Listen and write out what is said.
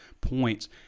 points